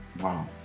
Wow